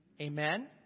Amen